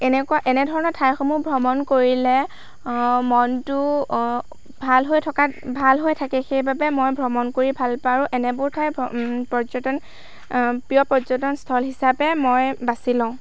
এনেকুৱা এনেধৰণৰ ঠাইসমূহ ভ্ৰমণ কৰিলে মনটো ভাল হৈ থকা ভাল হৈ থাকে সেইবাবে মই ভ্ৰমণ কৰি ভাল পাওঁ আৰু এনেবোৰ ঠাই ভ্ৰমণ পৰ্য্য়টন প্ৰিয় পৰ্য্য়টন স্থল হিচাপে মই বাচি লওঁ